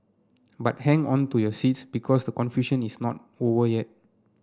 but hang on to your seats because the confusion is not over yet